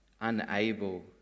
unable